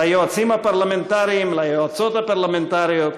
ליועצים הפרלמנטריים, ליועצות הפרלמנטריות,